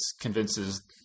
convinces